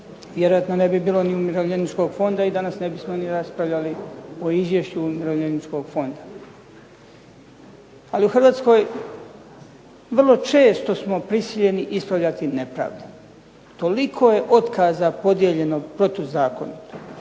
vjerojatno ne bi bilo ni Umirovljeničkog fonda i danas ne bismo ni raspravljali o Izvješću Umirovljeničkog fonda. Ali u Hrvatskoj vrlo često smo prisiljeni ispravljati nepravde, toliko je otkaza podijeljeno protuzakonito,